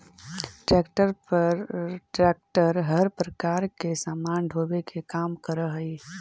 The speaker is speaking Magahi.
ट्रेक्टर हर प्रकार के सामान ढोवे के काम करऽ हई